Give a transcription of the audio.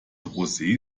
rosee